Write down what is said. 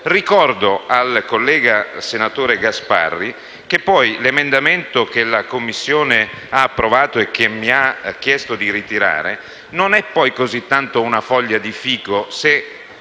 Ricordo poi al collega, senatore Gasparri, che l'emendamento che la Commissione ha approvato e che mi ha chiesto di ritirare non è poi così tanto una foglia di fico, se